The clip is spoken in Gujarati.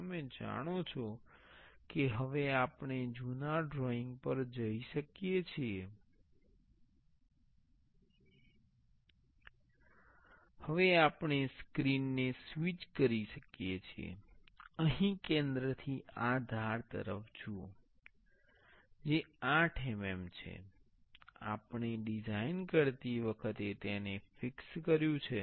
તમે જાણો છો કે હવે આપણે જૂના ડ્રોઇંગ પર જઈ શકીએ છીએ હવે આપણે સ્ક્રીન ને સ્વિચ કરી શકીએ છીએ અહીં કેન્દ્રથી આ ધાર તરફ જુઓ જે 8 mm છે આપણે ડિઝાઇન કરતી વખતે તેને ફિક્સ કર્યું છે